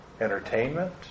entertainment